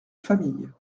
famille